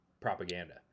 propaganda